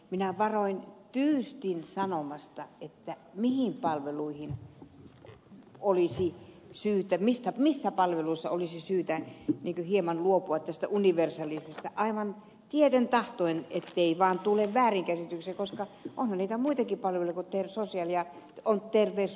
minä varoin tyystin sanomasta aivan tieten tahtoen missä palveluissa olisi syytä hieman luopua tästä universalismista ettei vaan tule väärinkäsityksiä koska onhan niitä muitakin palveluita kuin terveyspalvelut